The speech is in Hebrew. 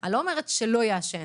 אני לא אומרת שלא יעשן,